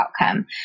outcome